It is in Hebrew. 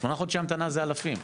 חודשי המתנה זה אלפים.